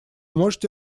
можете